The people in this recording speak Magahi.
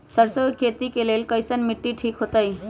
सरसों के खेती के लेल कईसन मिट्टी ठीक हो ताई?